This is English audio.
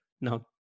Now